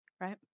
Right